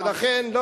ולכן,